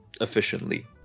efficiently